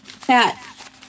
Pat